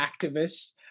activists